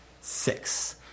six